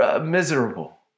miserable